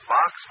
Box